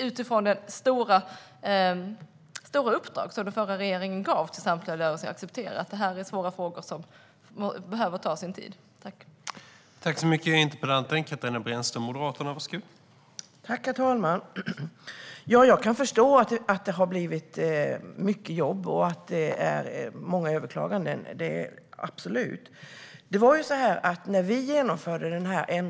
Utifrån det stora uppdrag som den förra regeringen gav till samtliga länsstyrelser får vi nog acceptera att dessa svåra frågor behöver ta sin tid att pröva.